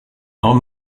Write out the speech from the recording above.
are